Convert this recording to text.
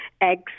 eggs